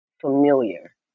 familiar